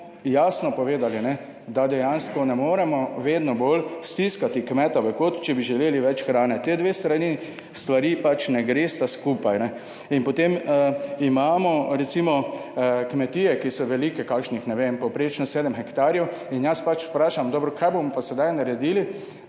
jasno povedali, da dejansko ne moremo vedno bolj stiskati kmeta v kot, če bi želeli več hrane. Ti dve strani stvari ne gresta skupaj. In potem imamo recimo kmetije, ki so velike kakšnih, ne vem, povprečno 7 hektarjev, in jaz vprašam, dobro, kaj bomo pa sedaj naredili,